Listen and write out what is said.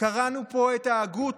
קראנו פה את ההגות